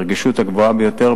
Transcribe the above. ברגישות הגבוהה ביותר,